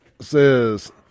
says